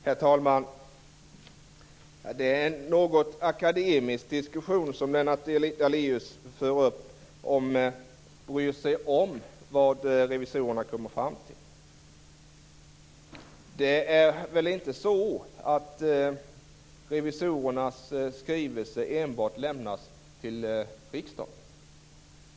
Herr talman! Det är en något akademisk diskussion som Lennart Daléus för om att bry sig om vad revisorerna kommit fram till. Det är väl inte så att revisorernas skrivelse enbart lämnas till riksdagen.